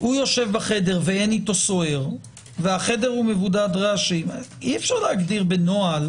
הוא יושב בחדר ואין איתו סוהר והחדר מבודד רעשים אי אפשר להגדיר בנוהל